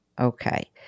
Okay